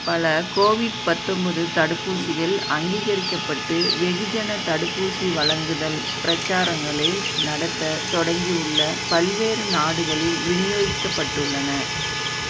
பல கோவிட் பத்தொன்பது தடுப்பூசிகள் அங்கீகரிக்கப்பட்டு வெகுஜன தடுப்பூசி வழங்குதல் பிரச்சாரங்களை நடத்தத் தொடங்கியுள்ள பல்வேறு நாடுகளில் விநியோகிக்கப்பட்டுள்ளன